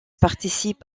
participe